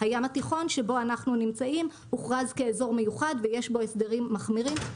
הים התיכון שבו אנחנו נמצאים הוכרז כאזור מיוחד ויש בו הסדרים מחמירים.